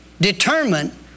determine